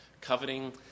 coveting